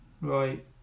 right